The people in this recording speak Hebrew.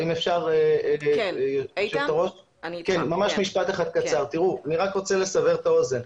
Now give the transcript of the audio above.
אני רק רוצה לסבר את האוזן: